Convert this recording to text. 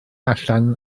allan